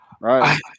right